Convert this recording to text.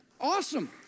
Awesome